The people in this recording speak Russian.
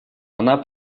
она